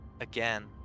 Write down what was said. again